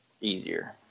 easier